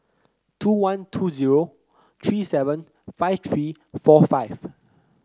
two one two zero three seven five three four five